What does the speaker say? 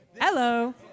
Hello